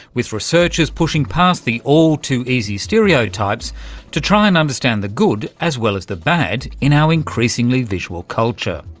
with researchers pushing past the all too easy stereotypes to try and understand the good as well and the bad in our increasingly visual culture.